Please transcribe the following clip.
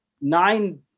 nine